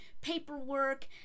paperwork